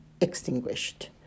extinguished